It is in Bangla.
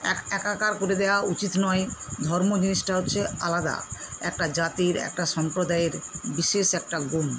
এক একাকার করে দেওয়া উচিত নয় ধর্ম জিনিসটা হচ্ছে আলাদা একটা জাতির একটা সম্প্রদায়ের বিশেষ একটা গুণ